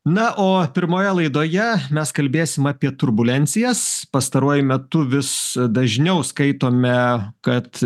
na o pirmoje laidoje mes kalbėsim apie turbulencijas pastaruoju metu vis dažniau skaitome kad